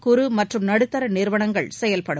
குறு மற்றும் நடுத்தர நிறுவனங்கள் செயல்படும்